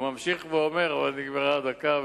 הוא ממשיך ואומר, אבל נגמרה הדקה.